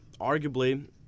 arguably